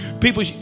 people